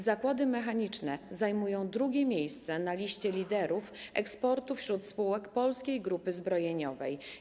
Zakłady mechaniczne zajmują drugie miejsce na liście liderów eksportu wśród spółek Polskiej Grupy Zbrojeniowej.